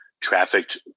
trafficked